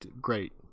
great